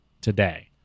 Today